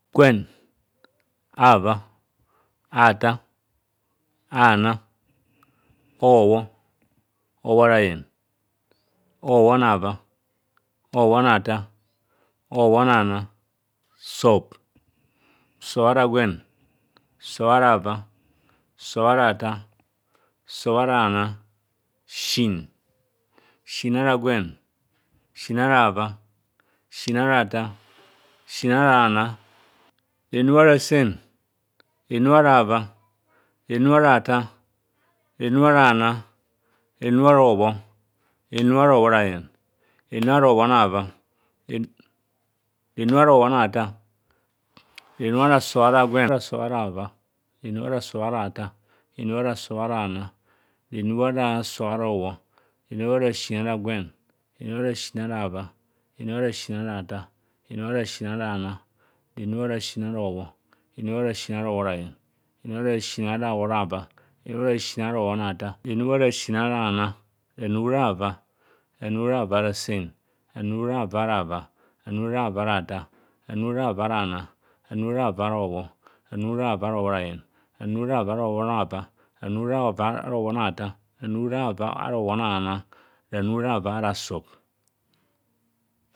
Gwen, avaa, athaar aana. Hobho, hoharayen, hobhonava, hobhone athaa, hobhonana sob, sobara gwen, sobara aava, sob ara aathar, sob ara nana, siin. Siin ara gwen, siin ara aava, siin ara aather, siin ara aana, renub ara sen, renub ara avaa, renub ara aathar, renus ara aana, renus ara hobho renub ara hobhorayen, renub ara sop ara gwen aea sob ara aava, renub ara sobhan aatofan ronub ara sob ara aana renub ara sob ara hobho renub ara siin ara gwen renub apa siin ara aava, renub ara siin ara aathar, renub ara siin ara aana, renub ara siin ara hobho, renub ara siin ara hobhorayen, renub ara siin ara hobhonavdo, renub ara siin ara hobhobhona thaa. Reenub arasiin ara aana. Ranu rava. Ranu rava ara sen. Ranu rava ara a ava. Ranu rava ara aathar. Ranu rava ara aana. Ranu rava ara hobho. Ranu rava ara hobhorayen. Ranu rava ara hobhonava. Ranu rava ara hobhoneaatm. Ranu rava ara hobgone aana. Ranu rav ara sob.